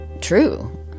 true